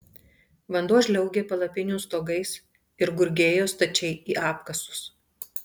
vanduo žliaugė palapinių stogais ir gurgėjo stačiai į apkasus